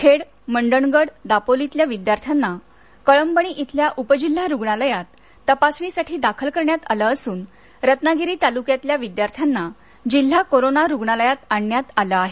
खेड मंडणगड दापोलीतल्या विद्यार्थ्यांना कळंबणी इथल्या उपजिल्हा रुग्णालयात तपासणीसाठी दाखल करण्यात आलं असून रत्नागिरी तालुक्यातल्या विद्यार्थ्यांना जिल्हा करोना रुग्णालयात आणण्यात आलं आहे